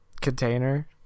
container